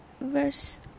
verse